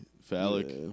Phallic